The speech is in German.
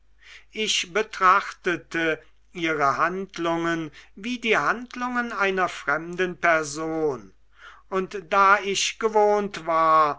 ich betrachtete ihre handlungen wie die handlungen einer fremden person und da ich gewohnt war